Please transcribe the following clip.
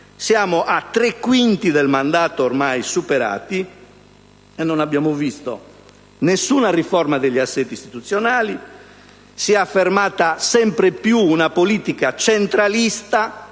i tre quinti del mandato, ma non abbiamo visto nessuna riforma degli assetti istituzionali. Si è affermata sempre più una politica centralista,